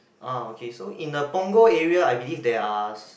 uh okay so in the Punggol area I believe there are